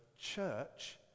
church